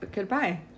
goodbye